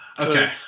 Okay